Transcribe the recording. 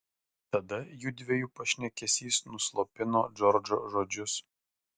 tada jųdviejų pašnekesys nuslopino džordžo žodžius